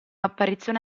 apparizione